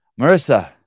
Marissa